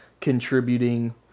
contributing